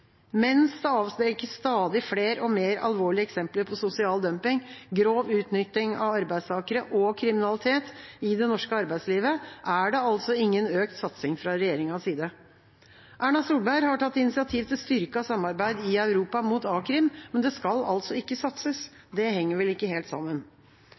Mens det avdekkes stadig flere og mer alvorlige eksempler på sosial dumping, grov utnytting av arbeidstakere og kriminalitet i det norske arbeidslivet, er det altså ingen økt satsing fra regjeringas side. Erna Solberg har tatt initiativ til styrket samarbeid i Europa mot a-krim, men det skal altså ikke satses. Det henger vel ikke helt sammen?